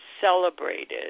celebrated